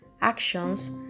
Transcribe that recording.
actions